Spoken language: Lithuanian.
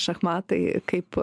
šachmatai kaip